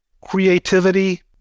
creativity